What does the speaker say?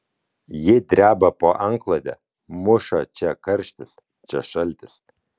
ji dreba po antklode muša čia karštis čia šaltis